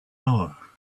are